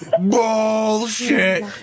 Bullshit